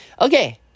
Okay